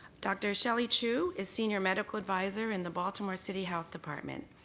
dr. shelly choo is senior medical advisor in the baltimore city health department.